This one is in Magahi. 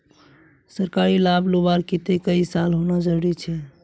सरकारी लाभ लुबार केते कई साल होना जरूरी छे?